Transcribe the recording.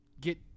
get